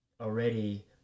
already